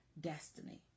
destiny